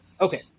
Okay